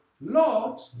Lord